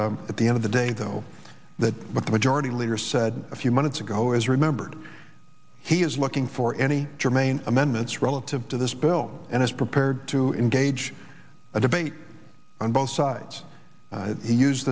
at the end of the day though that what the majority leader said a few minutes ago is remembered he is looking for any germane amendments relative to this bill and is prepared to engage a debate on both sides u